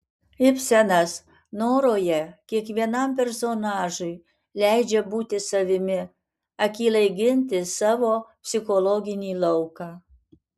ibsenas noroje kiekvienam personažui leidžia būti savimi akylai ginti savo psichologinį lauką